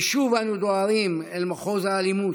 ושוב אנו דוהרים אל מחוז האלימות.